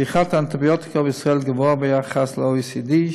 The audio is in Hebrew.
צריכת האנטיביוטיקה בישראל גבוהה ביחס ל-OECD.